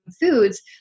foods